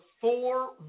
four